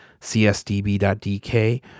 csdb.dk